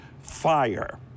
fire